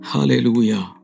Hallelujah